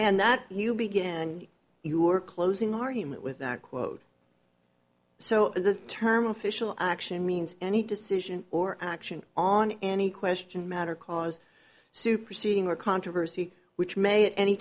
and that you began your closing argument with that quote so the term official action means any decision or action on any question matter cause superseding or controversy which may at any